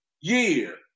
year